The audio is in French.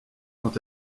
quand